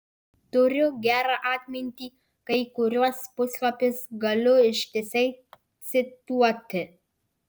turiu gerą atmintį kai kuriuos puslapius galiu ištisai cituoti